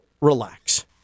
relax